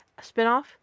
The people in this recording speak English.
spinoff